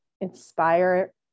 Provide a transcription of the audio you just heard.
inspire